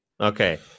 okay